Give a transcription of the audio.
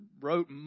wrote